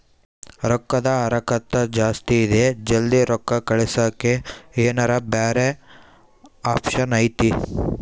ರೊಕ್ಕದ ಹರಕತ್ತ ಜಾಸ್ತಿ ಇದೆ ಜಲ್ದಿ ರೊಕ್ಕ ಕಳಸಕ್ಕೆ ಏನಾರ ಬ್ಯಾರೆ ಆಪ್ಷನ್ ಐತಿ?